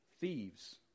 thieves